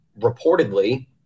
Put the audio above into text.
reportedly